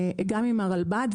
גם עם הרלב"ד,